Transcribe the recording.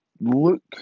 look